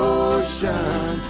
ocean